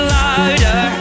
louder